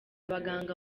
abaganga